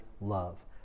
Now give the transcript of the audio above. love